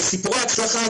וסיפורי הצלחה,